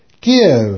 give